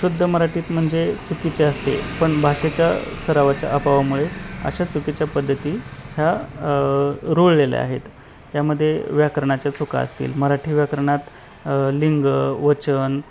शुद्ध मराठीत म्हणजे चुकीचे असते पण भाषेच्या सरावाच्या अभावामुळे अशा चुकीच्या पद्धती ह्या रूळलेल्या आहेत यामध्ये व्याकरणाच्या चुका असतील मराठी व्याकरणात लिंग वचन